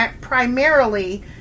primarily